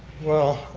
well,